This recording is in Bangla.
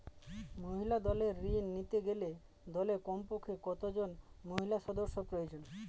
মহিলা দলের ঋণ নিতে গেলে দলে কমপক্ষে কত জন মহিলা সদস্য প্রয়োজন?